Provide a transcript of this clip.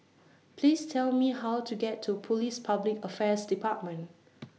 Please Tell Me How to get to Police Public Affairs department